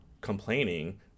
complaining